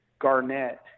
Garnett